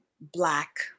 black